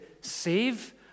save